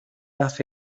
hace